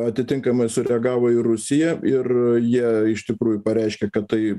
atitinkamai sureagavo ir rusija ir jie iš tikrųjų pareiškė kad tai